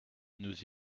nous